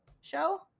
show